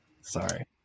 sorry